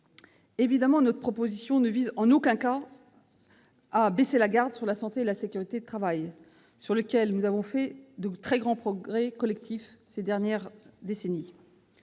fusionnée. Cette proposition ne vise en aucun cas à « baisser la garde » sur la santé et la sécurité au travail, sujets sur lesquels nous avons fait de très grands progrès collectifs ces dernières décennies.